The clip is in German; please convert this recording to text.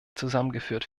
zusammengeführt